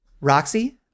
Roxy